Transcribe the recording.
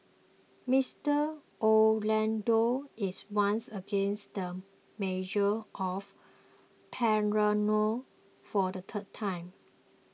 Mister Orlando is once again the mayor of Palermo for the third time